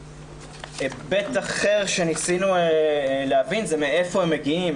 היבט אחר שניסינו להבין זה מאיפה הם מגיעים,